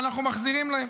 ואנחנו מחזירים להם.